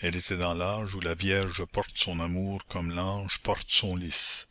elle était dans l'âge où la vierge porte son amour comme l'ange porte son lys